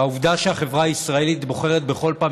והעובדה שהחברה הישראלית בוחרת בכל פעם